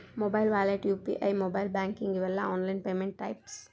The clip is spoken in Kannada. mobile wallet UPI mobile banking ಇವೆಲ್ಲ ಆನ್ಲೈನ್ ಪೇಮೆಂಟ್ ಟೈಪ್ಸ್